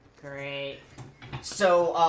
for a so